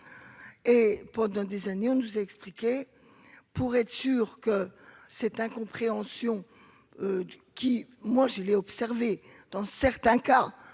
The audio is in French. et pendant des années on nous a expliqué, pour être sûr que cette incompréhension qui moi je l'ai observé dans certains cas